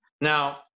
Now